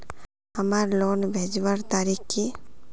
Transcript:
हमार लोन भेजुआ तारीख की?